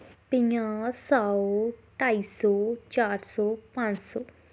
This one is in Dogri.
पंजा सौ ढाई सौ चार सौ पंज सौ